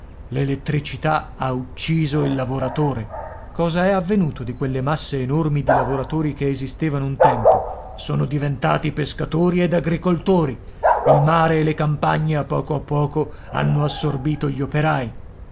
l'elettricità ha ucciso il lavoratore cosa è avvenuto di quelle masse enormi di lavoratori che esistevano un tempo sono diventati pescatori ed agricoltori il mare e le campagne a poco a poco hanno assorbito gli operai